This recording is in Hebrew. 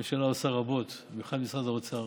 הממשלה עושה רבות, במיוחד משרד האוצר,